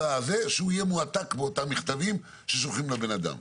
שהוא יהיה מכותב לאותם מכתבים ששולחים לאדם.